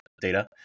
data